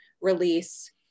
release